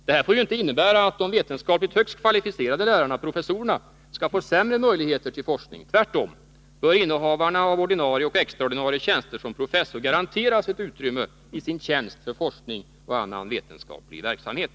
Det här får inte innebära att de vetenskapligt högst kvalificerade lärarna, professorerna, skall få sämre möjligheter till forskning. Tvärtom bör innehavarna av ordinarie och extraordinarie tjänster som professor garanteras ett utrymme i sin tjänst för forskning och annan vetenskaplig verksamhet.